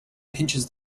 pinches